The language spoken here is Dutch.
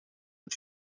het